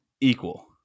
equal